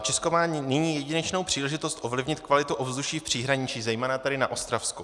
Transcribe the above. Česko má nyní jedinečnou příležitost ovlivnit kvalitu ovzduší v příhraničí, zejména tedy na Ostravsku.